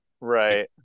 right